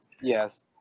Yes